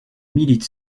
milite